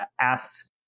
asked